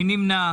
מי נמנע?